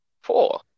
four